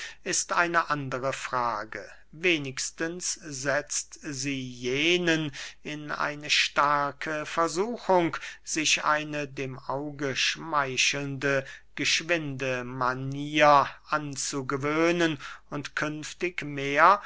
ist eine andere frage wenigstens setzt sie jenen in eine starke versuchung sich eine dem auge schmeichelnde geschwinde manier anzugewöhnen und künftig mehr